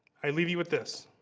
i leave you with this.